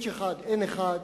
H1N1,